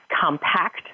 compact